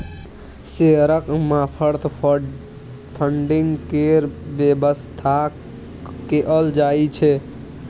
शेयरक मार्फत फडिंग केर बेबस्था कएल जाइ छै